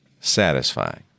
satisfying